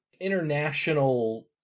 international